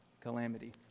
calamity